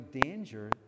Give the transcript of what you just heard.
danger